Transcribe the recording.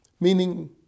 meaning